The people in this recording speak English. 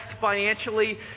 financially